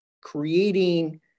creating